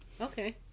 Okay